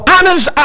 Anna's